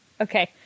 Okay